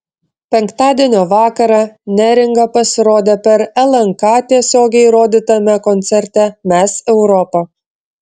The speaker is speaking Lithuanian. penktadienio vakarą neringa pasirodė per lnk tiesiogiai rodytame koncerte mes europa